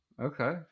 okay